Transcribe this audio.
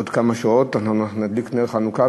עוד כמה שעות אנחנו נדליק נר חנוכה,